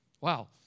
Wow